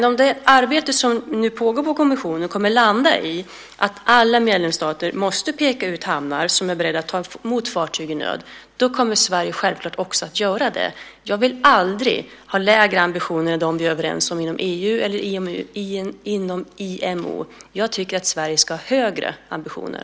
Om det arbete som nu pågår i kommissionen landar i att alla medlemsstater måste peka ut hamnar som är beredda att ta emot fartyg i nöd kommer Sverige självklart också att göra det. Jag vill aldrig ha lägre ambitioner än dem vi är överens om i EU eller IMO. Jag tycker att Sverige ska ha högre ambitioner.